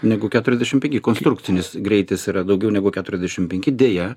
negu keturiasdešimt penki konstrukcinis greitis yra daugiau negu keturiasdešimt penki deja